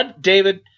David